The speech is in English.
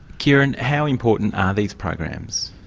kieran, how important are these programs?